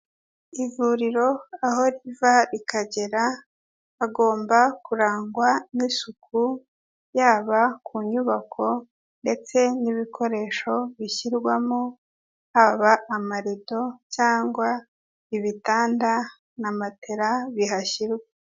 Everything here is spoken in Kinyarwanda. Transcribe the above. Ivuriro aho riva rikagera hagomba kurangwa n'isuku yaba ku nyubako ndetse n'ibikoresho bishyirwamo, haba amarido cyangwa ibitanda na matera bihashyirwa.